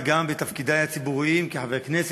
וגם בתפקידי הציבוריים כחבר הכנסת,